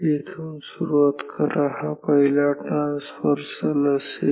येथून सुरुवात करा हा पहिला ट्रान्सव्हर्सल असेल